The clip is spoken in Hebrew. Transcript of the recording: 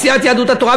סיעת יהדות התורה.